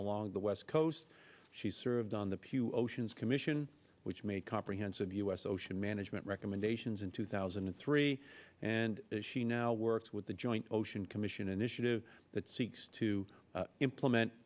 along the west coast she served on the pew oceans commission which made comprehensive u s ocean management recommendations in two thousand and three and she now works with the joint ocean commission initiative that seeks to implement